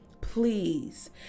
Please